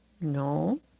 No